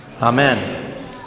Amen